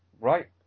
Right